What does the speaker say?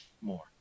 more